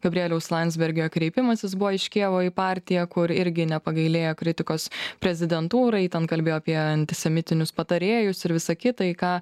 gabrieliaus landsbergio kreipimasis buvo iš kijevo į partiją kur irgi nepagailėjo kritikos prezidentūrai ten kalbėjo apie antisemitinius patarėjus ir visa kita į ką